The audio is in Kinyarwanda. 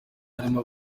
barimo